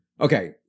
okay